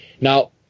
now